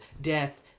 death